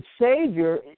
Savior